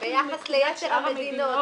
ביחס ליתר המדינות,